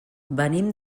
venim